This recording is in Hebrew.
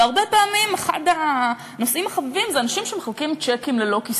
והרבה פעמים אחד הנושאים החביבים זה אנשים שמחלקים צ'קים ללא כיסוי.